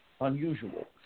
unusual